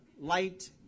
Light